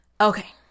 okay